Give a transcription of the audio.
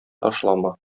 ташлама